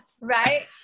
Right